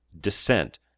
Descent